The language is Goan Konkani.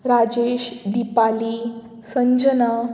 राजेश दिपाली संजना